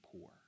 poor